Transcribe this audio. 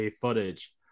footage